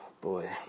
Boy